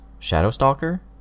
Shadowstalker